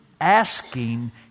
asking